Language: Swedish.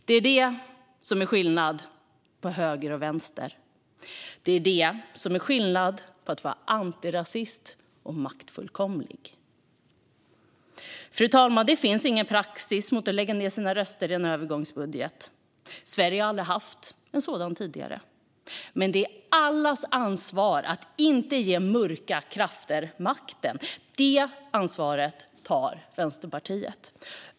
Det är det som är skillnaden på höger och vänster. Det är det som är skillnaden på att vara antirasist och maktfullkomlig. Fru talman! Det finns ingen praxis mot att lägga ned sina röster om en övergångsbudget. Sverige har aldrig haft en sådan tidigare. Men det är allas ansvar att inte ge mörka krafter makten. Det ansvaret tar Vänsterpartiet.